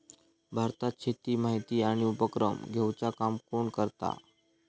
भारतात शेतीची माहिती आणि उपक्रम घेवचा काम कोण करता?